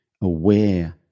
aware